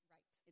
Right